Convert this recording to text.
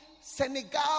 Senegal